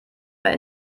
mehr